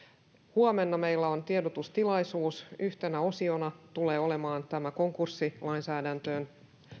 huomenna meillä on tiedostustilaisuus yhtenä osiona tulee olemaan tämä konkurssilainsäädäntöön